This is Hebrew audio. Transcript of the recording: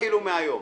תתחילו מהיום.